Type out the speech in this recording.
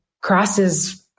crosses